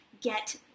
get